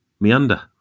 meander